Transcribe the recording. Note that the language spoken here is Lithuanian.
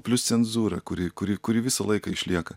plius cenzūra kuri kuri kuri visą laiką išlieka